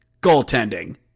Goaltending